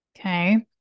Okay